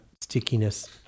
stickiness